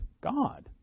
God